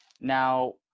Now